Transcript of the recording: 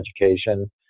education